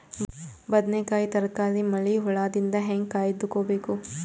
ಬದನೆಕಾಯಿ ತರಕಾರಿ ಮಳಿ ಹುಳಾದಿಂದ ಹೇಂಗ ಕಾಯ್ದುಕೊಬೇಕು?